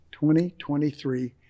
2023